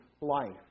life